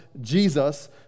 Jesus